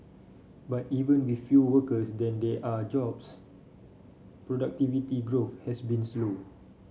but even with fewer workers than there are jobs productivity growth has been slow